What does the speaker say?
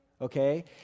Okay